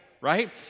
right